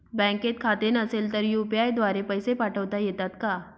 बँकेत खाते नसेल तर यू.पी.आय द्वारे पैसे पाठवता येतात का?